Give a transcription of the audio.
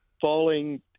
falling